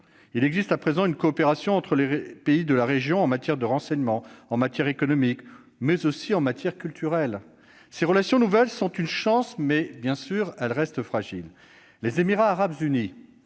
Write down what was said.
Il existe à présent une coopération entre les pays de la région en matière de renseignement, en matière économique, mais aussi en matière culturelle. Ces relations nouvelles sont une chance, mais elles restent à l'évidence fragiles. Les Émirats arabes unis,